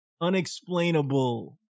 Unexplainable